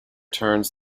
turns